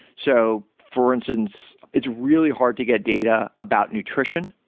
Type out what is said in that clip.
so for instance, it's really hard to get data about nutrition.